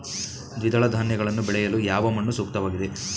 ದ್ವಿದಳ ಧಾನ್ಯಗಳನ್ನು ಬೆಳೆಯಲು ಯಾವ ಮಣ್ಣು ಸೂಕ್ತವಾಗಿದೆ?